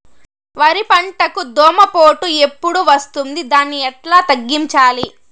వరి పంటకు దోమపోటు ఎప్పుడు వస్తుంది దాన్ని ఎట్లా తగ్గించాలి?